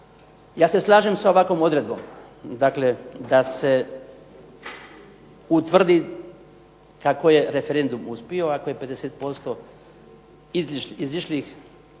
Ja se slažem sa ovakvom odredbom, dakle da se utvrdi kako je referendum uspio ako je 50% izišlih